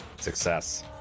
success